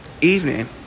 evening